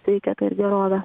sveikata ir gerove